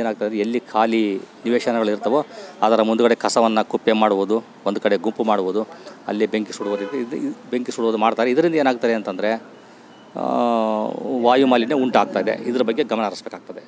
ಏನಾಗ್ತದೆ ಎಲ್ಲಿ ಖಾಲಿ ನಿವೇಶನಗಳಿರ್ತಾವೊ ಅದರ ಮುಂದುಗಡೆ ಕಸವನ್ನು ಕುಪ್ಪೆ ಮಾಡುವುದು ಒಂದು ಕಡೆ ಗುಂಪು ಮಾಡುವುದು ಅಲ್ಲಿ ಬೆಂಕಿ ಸುಡೋರು ಬೆಂಕಿ ಸುಡೋದು ಮಾಡ್ತಾರೆ ಇದರಿಂದ ಏನಾಗ್ತದೆ ಅಂತಂದ್ರೆ ವಾಯುಮಾಲಿನ್ಯ ಉಂಟಾಗ್ತದೆ ಇದ್ರ ಬಗ್ಗೆ ಗಮನ ಹರಿಸಬೇಕಾಗ್ತದೆ